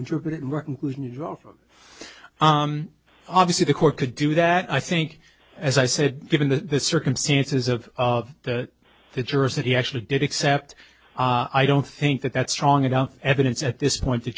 interpret it obviously the court could do that i think as i said given the circumstances of of the jurors that he actually did except i don't think that that's strong enough evidence at this point to